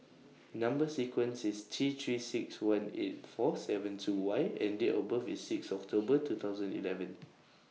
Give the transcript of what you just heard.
Number sequence IS T three six one eight four seven two Y and Date of birth IS six October two thousand eleven